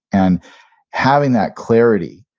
and having that clarity,